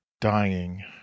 dying